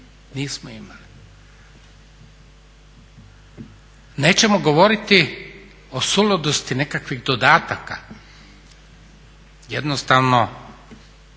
nismo imali. Nećemo govoriti o suludosti nekakvih dodataka. Jednostavno